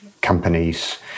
companies